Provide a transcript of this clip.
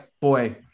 boy